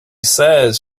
says